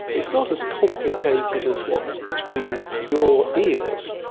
it's not as complicated as what's between your ears.